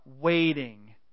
waiting